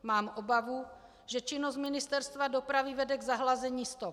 Mám obavu, že činnost Ministerstva dopravy vede k zahlazení stop.